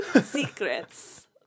Secrets